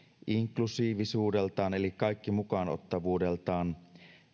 inklusiivisuudeltaan eli kaikki mukaan ottavuudeltaan